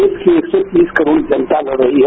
देश की एक सौ तीस करोड़ जनता लड़ रही है